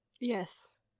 Yes